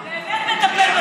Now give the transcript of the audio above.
באמת הוא מטפל,